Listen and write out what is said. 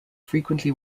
frequently